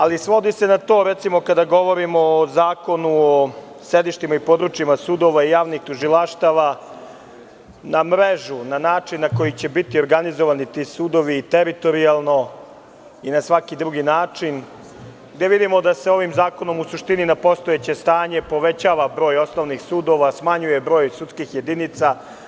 Ali, svodi se na to da kada govorimo o zakonu, o sedištima i područjima sudova i javnih tužilaštava na mrežu, na način na koji će biti organizovani ti sudovi i teritorijalno i na svaki drugi način, da vidimo da se ovim zakonom u suštini na postojeće stanje povećava broj osnovnih sudova, a smanjuje broj sudskih jedinica.